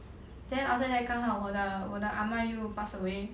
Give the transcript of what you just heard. then after that 刚好我的我的阿嫲又 pass away